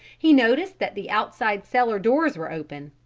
he noticed that the outside cellar doors were open.